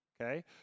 okay